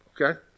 okay